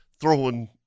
throwing –